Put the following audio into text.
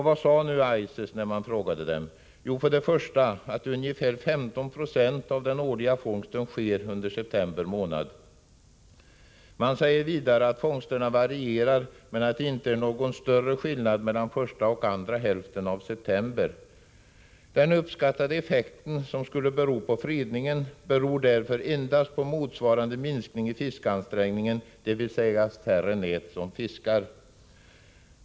Vad sade ICES när denna sammanslutning tillfrågades? Man sade att ungefär 15 96 av den årliga fångsten sker under september månad. Man sade vidare att fångsterna varierar, men att det inte är någon större skillnad mellan första och andra hälften av september. Den uppskattade effekten — som påstods vara orsakad av fredningen — beror därför endast på motsvarande minskning i fiskeansträngningen, dvs. det är färre nät som fångar fisk.